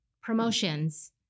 Promotions